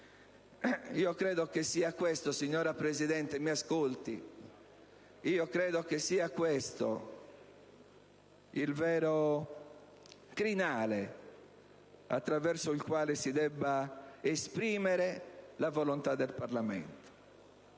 Io credo che sia questo il vero crinale attraverso il quale si deve esprimere la volontà del Parlamento.